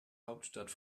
hauptstadt